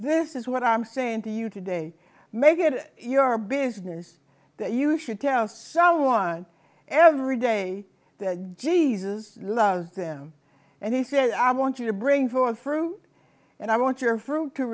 this is what i'm saying to you today make it your business that you should tell someone every day that jesus loves them and he said i want you to bring forth fruit and i want your fruit to